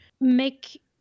make